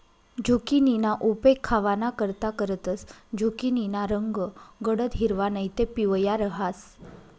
झुकिनीना उपेग खावानाकरता करतंस, झुकिनीना रंग गडद हिरवा नैते पिवया रहास